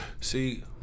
See